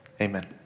amen